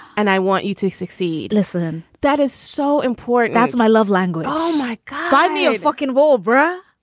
and i want you to succeed. listen. that is so important that's my love language. oh, my god. me a fuckin folbre